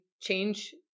change